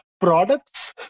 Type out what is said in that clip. products